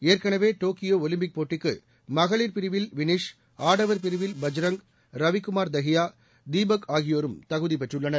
ஏற்கனவே Tokyo olympic போட்டிக்கு மகளிர் பிரிவில் விளிஷ் ஆடவர் பிரிவில் பஜ்ரங் ரவிக்குமார் தஹியா தீபக் ஆகியோரும் தகுதி பெற்றுள்ளனர்